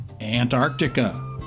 Antarctica